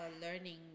learning